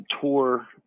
tour